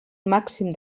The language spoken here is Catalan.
màxim